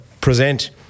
present